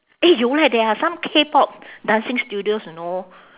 eh you like there are some K-pop dancing studios you know